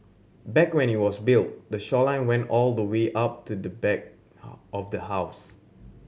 back when it was built the shoreline went all the way up to the back of the house